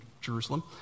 Jerusalem